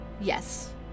Yes